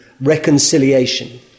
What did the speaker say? reconciliation